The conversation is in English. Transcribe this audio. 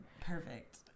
Perfect